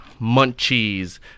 Munchies